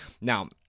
Now